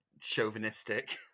chauvinistic